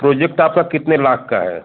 project आपका कितने लाख का है